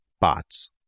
bots